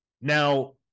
Now